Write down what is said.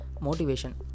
Motivation